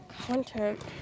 content